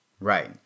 Right